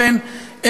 אכן,